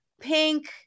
pink